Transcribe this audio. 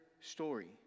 story